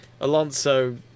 Alonso